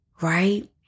right